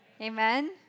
Amen